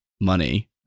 money